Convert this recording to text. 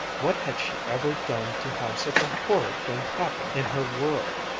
what had she ever done to have such a horrid thing happen in her world!